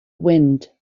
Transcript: wind